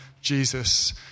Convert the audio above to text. Jesus